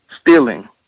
stealing